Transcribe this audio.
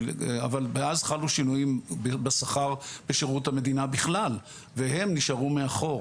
אבל מאז חלו שינויים בשכר בשירות המדינה בכלל והם נשארו מאחור.